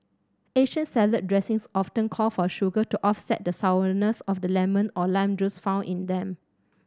Asian salad dressings often call for sugar to offset the sourness of the lemon or lime juice found in them